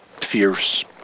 fierce